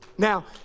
Now